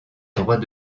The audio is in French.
droit